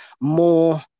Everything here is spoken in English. more